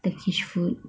turkish food